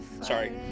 Sorry